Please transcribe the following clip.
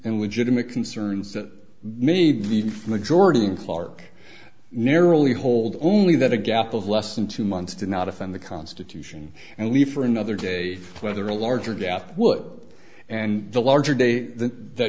the concerns that maybe the majority in clark narrowly hold only that a gap of less than two months did not offend the constitution and leave for another day whether a larger draft would and the larger day the